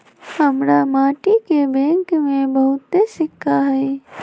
हमरा माटि के बैंक में बहुते सिक्का हई